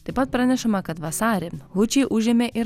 taip pat pranešama kad vasarį hučiai užėmė ir